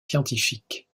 scientifiques